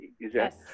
Yes